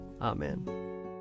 Amen